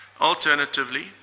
Alternatively